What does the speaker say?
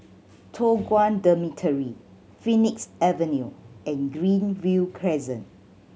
Toh Guan Dormitory Phoenix Avenue and Greenview Crescent